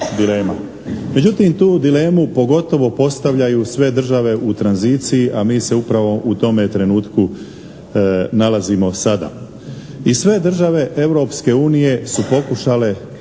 Međutim, tu dilemu pogotovo postavljaju sve države u tranziciji, a mi se upravo u tome trenutku nalazimo sada i sve države Europske